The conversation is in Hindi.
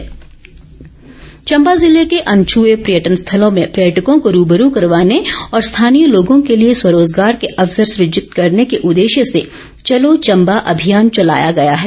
चंबा अभियान चंबा जिले के अनछ्ए पर्यटन स्थलों से पर्यटकों को रूबरू करवाने और स्थानीय लोगों के लिए स्वरोजगार के अवसर सुजित करने के उददेश्य से चलो चंबा अभियान चलाया गया है